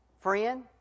Friend